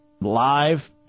live